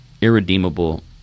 irredeemable